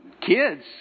Kids